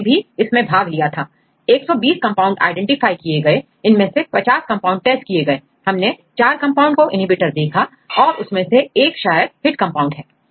हमने भी इसमें भाग लिया था 120 कंपाउंड आईडेंटिफाई किए गए इनमें से 50 कंपाउंड्स टेस्ट किए गए हमने 4 कंपाउंड को inhibitor देखा और उनमें से एक शायद हिट कंपाउंड है